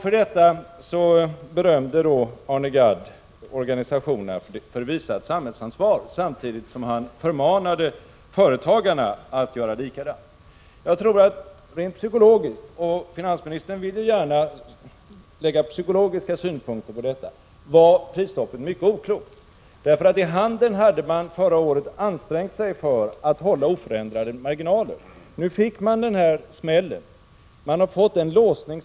Arne Gadd berömde organisationerna för att de hade visat samhällsansvar, och samtidigt förmanade han företagarna att göra likadant. Rent psykologiskt — och finansministern vill ju gärna anlägga psykologiska synpunkter på detta — tror jag att prisstoppet var mycket oklokt. Inom handeln hade man förra året ansträngt sig för att hålla oförändrade marginaler. Nu fick man en smäll, och denna har lett till en låsning.